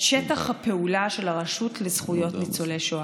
שטח הפעולה של הרשות לזכויות ניצולי שואה.